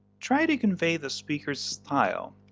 try to convey the speaker's style.